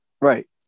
right